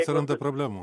atsiranda problemų